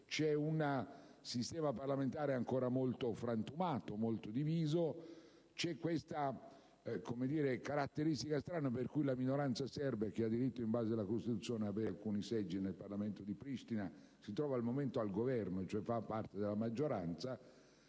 c'è un sistema parlamentare ancora molto frantumato, molto diviso e c'è questa strana caratteristica per cui la minoranza serba, che in base alla Costituzione ha diritto ad avere alcuni seggi nel Parlamento di Pristina, si trova al momento al Governo, cioè fa parte della maggioranza.